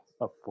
up